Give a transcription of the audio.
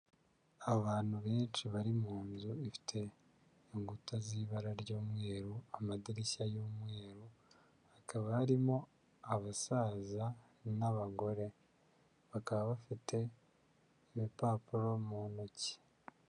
Abantu benshi bari mu nzu ifite inkuta z'ibara ry'umweru, amadirishya y'umweru, hakaba arimo abasaza n'abagore, bakaba bafite ibipapuro mu ntoki.